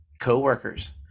coworkers